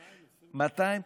226,000?